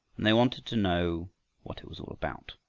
and they wanted to know what it was all about.